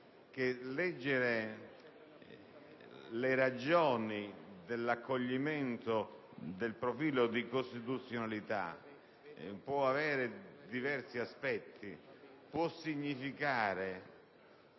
che leggere le ragioni dell'accoglimento del profilo di costituzionalità implica diversi aspetti: può significare